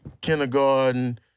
kindergarten